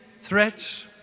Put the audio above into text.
threats